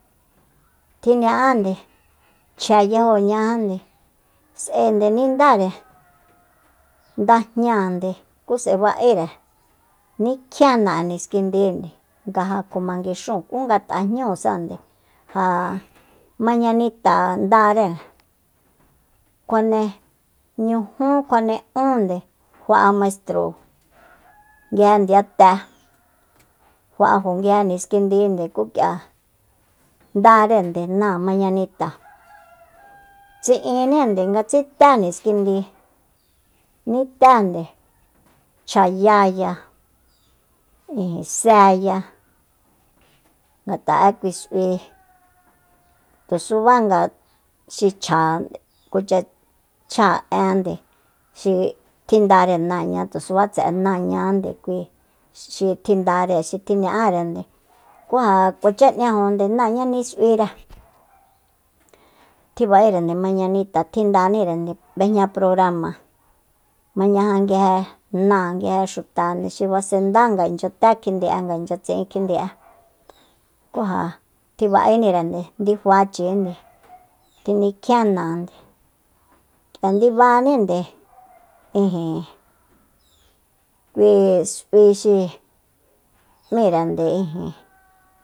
Tjiña'ande chje yajóoñajande s'ae nde nindare ndajñáande ku s'ae ba'ére nikjién na'e niskindinde nga ja kjuma nguixúun ku nga tajñúusande ja mañanita ndare kjuane ñujú kjuane únde kjua'a maistro nguije ndiyate kjua'ajo nguije niskindinde ku k'ia ndarende náa mañanita tsi'ínni nga tsité niskindi niténde chjayáya ijin séya ngat'a'e kui s'ui tusubá nga xi chja kucha cháa'ánde xi tjindare náañá tusuba tse'e náañá kui xi tjindare xi tji ña'árende ku ja kuacha n'ñajo náañá ni s'uire tjiba'érende mañanita tjindanírende b'ejña programa mañaja nguije náa nguije xuta xi basendá nga inchya té kjindi'e nga inchya tsi'in kjindi'e ku ja tjiba'énirende ndifachinde tjinikjién náande k'ia ndibaninde ijin kui s'ui xi m'írende ijin